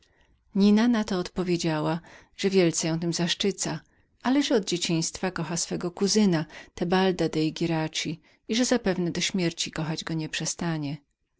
nina na to odpowiedziała że kawaler triwuld wielce ją tym zamiarem zaszczycał ale że od dzieciństwa kochała swego kuzyna teobalda dei gieraci i że zapewne do śmierci kochać go nie przestanie